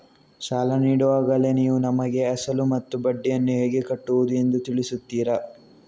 ಸಾಲ ನೀಡುವಾಗಲೇ ನೀವು ನಮಗೆ ಅಸಲು ಮತ್ತು ಬಡ್ಡಿಯನ್ನು ಹೇಗೆ ಕಟ್ಟುವುದು ಎಂದು ತಿಳಿಸುತ್ತೀರಾ?